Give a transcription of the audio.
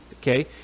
okay